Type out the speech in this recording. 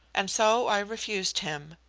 and so i refused him.